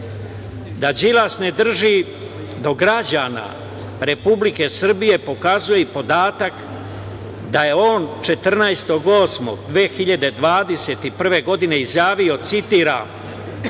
Da Đilas ne drži do građana Republike Srbije pokazuje i podatak da je on 14. avgusta 2021. godine izjavio, citiram